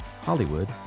Hollywood